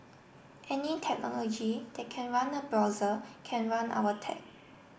any technology that can run a browser can run our tech